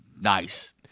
Nice